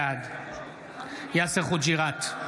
בעד יאסר חוג'יראת,